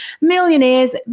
millionaires